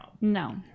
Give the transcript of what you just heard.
No